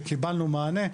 וקיבלנו מענה,